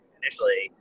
initially